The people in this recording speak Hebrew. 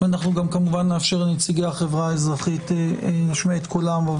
כמובן נאפשר לנציגי החברה האזרחית להשמיע את קולם.